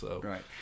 Right